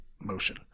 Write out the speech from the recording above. motion